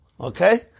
okay